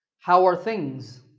how are things?